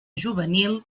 juvenil